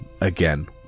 again